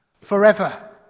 forever